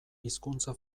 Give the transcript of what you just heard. hizkuntza